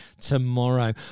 tomorrow